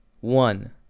One